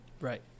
Right